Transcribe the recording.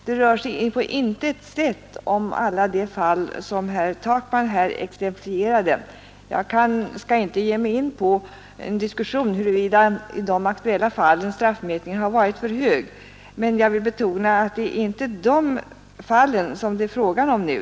Det rör sig på intet sätt om alla de fall som herr Takman här exemplifierade. Jag skall inte ge mig in på en diskussion om huruvida i de aktuella fallen straffmätningen har varit för sträng, men jag vill betona att det inte är de fallen det nu gäller.